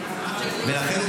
ולכן,